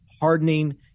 hardening